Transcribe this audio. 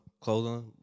clothing